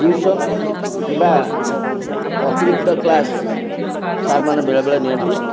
tuition କିମ୍ବା ଅତିରିକ୍ତ class ସାର୍ମାନେ ବେଳେ ବେଳେ ନିଅନ୍ତି